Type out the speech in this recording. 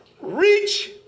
Reach